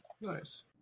Nice